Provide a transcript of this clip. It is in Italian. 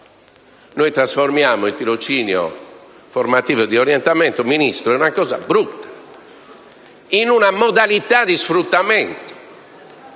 noi trasformiamo il tirocinio formativo e di orientamento, Ministro, in una brutta fattispecie, in una modalità di sfruttamento